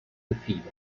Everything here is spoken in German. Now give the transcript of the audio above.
gefiedert